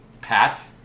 Pat